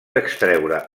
extreure